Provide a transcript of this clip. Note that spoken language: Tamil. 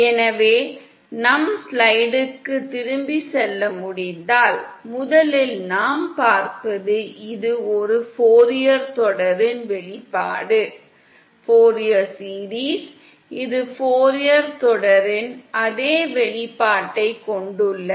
எனவே நம் ஸ்லைடிற்கு திரும்பிச் செல்ல முடிந்தால் முதலில் நாம் பார்ப்பது இது ஒரு ஃபோரியர் தொடரின் வெளிப்பாடு இது ஃபோரியர் தொடரின் அதே வெளிப்பாட்டைக் கொண்டுள்ளது